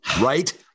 Right